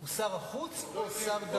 הוא שר החוץ או שר,